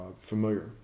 familiar